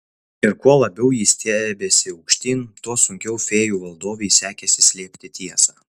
ir kuo labiau ji stiebėsi aukštyn tuo sunkiau fėjų valdovei sekėsi slėpti tiesą